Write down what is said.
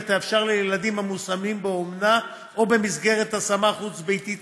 ותאפשר לילדים המושמים באומנה או במסגרת השמה חוץ-ביתית